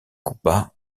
combat